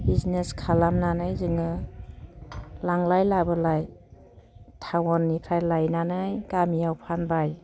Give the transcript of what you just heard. business खालामनानै जोङो लांलाय लाबोलाय टाउननिफ्राय लायनानै गामियाव फानबाय